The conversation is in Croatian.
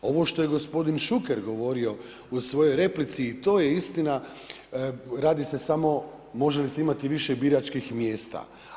Ovo što je gospodin Šuker govorio u svojoj replici i to je istina, radi se samo može li se imati više biračkih mjesta.